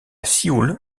sioule